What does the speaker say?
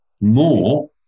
more